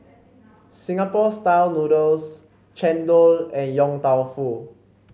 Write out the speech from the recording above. Singapore style noodles chendol and Yong Tau Foo